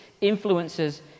influences